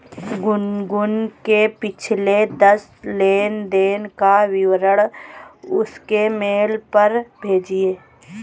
गुनगुन के पिछले दस लेनदेन का विवरण उसके मेल पर भेजिये